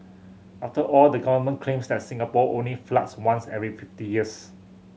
after all the government claims that Singapore only floods once every fifty years